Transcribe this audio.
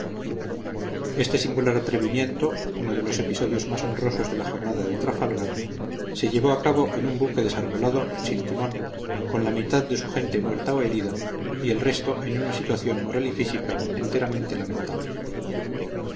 este singular atrevimiento uno de los episodios más honrosos de la jornada de trafalgar se llevó a cabo en un buque desarbolado sin timón con la mitad de su gente muerta o herida y el resto en una situación moral y física enteramente lamentable